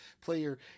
player